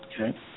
Okay